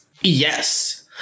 Yes